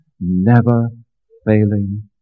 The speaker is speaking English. never-failing